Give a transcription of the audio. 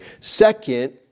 Second